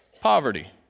poverty